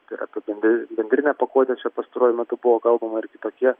tai yra toki bendrinė pakuotė čia pastaruoju metu buvo kalbama ir kitokie